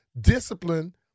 discipline